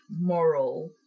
moral